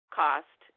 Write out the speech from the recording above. cost